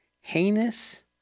heinous